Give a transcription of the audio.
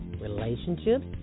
relationships